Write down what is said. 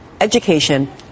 education